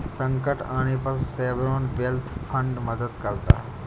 संकट आने पर सॉवरेन वेल्थ फंड मदद करता है